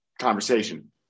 conversation